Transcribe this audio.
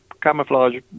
camouflage